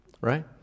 Right